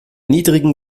niedrigen